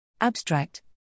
Abstract